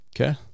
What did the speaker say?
Okay